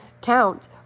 count